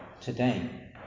today